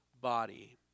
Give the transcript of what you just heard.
body